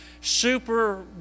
super